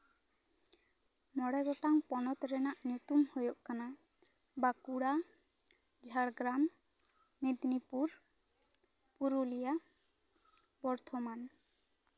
ᱢᱚᱬᱮ ᱜᱚᱴᱟᱝ ᱯᱚᱱᱚᱛ ᱨᱮᱱᱟᱝ ᱧᱩᱛᱩᱢ ᱦᱩᱭᱩᱜ ᱠᱟᱱᱟ ᱵᱟᱸᱠᱩᱲᱟ ᱡᱷᱟᱲᱜᱨᱟᱢ ᱢᱮᱫᱽᱱᱤᱯᱩᱨ ᱯᱩᱨᱩᱞᱤᱭᱟ ᱵᱚᱨᱫᱷᱚᱢᱟᱱ